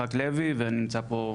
יצחק לוי ואני נמצא פה,